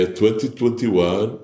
2021